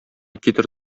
китер